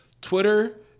Twitter